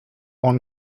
one